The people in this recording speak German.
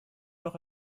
noch